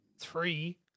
three